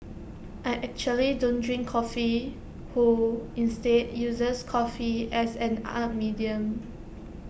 I actually don't drink coffee who instead uses coffee as an art medium